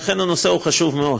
לכן, הנושא הוא חשוב מאוד,